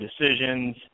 decisions